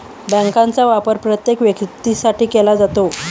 बँकांचा वापर प्रत्येक व्यक्तीसाठी केला जातो